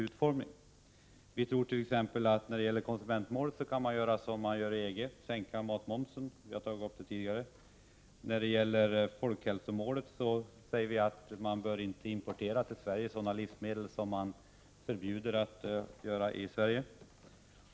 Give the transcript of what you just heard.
Beträffande konsumentmålet tror vi att man kan göra som man gör i EG, dvs. sänka matmomsen. Det har vi också berört tidigare. När det gäller folkhälsomålet säger vi att man inte bör importera sådana livsmedel som inte får tillverkas i Sverige.